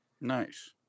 Nice